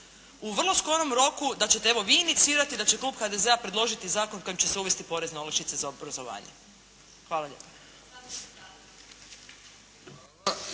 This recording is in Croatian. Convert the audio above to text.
u vrlo skorom roku da ćete evo vi inicirati da će klub HDZ-a predložiti zakon kojim će se uvesti porezne olakšice za obrazovanje. Hvala lijepa.